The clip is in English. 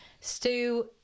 Stu